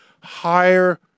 higher